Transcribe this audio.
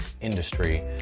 industry